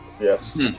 Yes